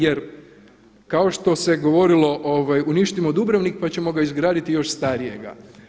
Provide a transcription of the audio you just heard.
Jer kao što se govorilo „uništimo Dubrovnik pa ćemo ga izgraditi još starijega“